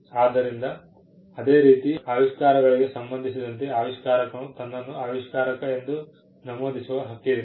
ಆದ್ದರಿಂದ ಅದೇ ರೀತಿ ಆವಿಷ್ಕಾರಗಳಿಗೆ ಸಂಬಂಧಿಸಿದಂತೆ ಆವಿಷ್ಕಾರಕನು ತನ್ನನ್ನು ಆವಿಷ್ಕಾರಕ ಎಂದು ನಮೂದಿಸುವ ಹಕ್ಕಿದೆ